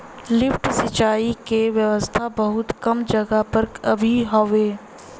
lift सिंचाई क व्यवस्था बहुत कम जगह पर अभी हउवे